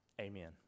Amen